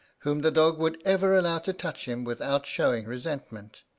whom that dog would ever allow to touch him without showing resentment.